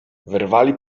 wyrwali